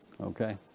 Okay